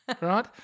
right